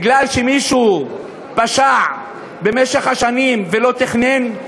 כי מישהו פשע במשך שנים ולא תכנן?